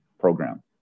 program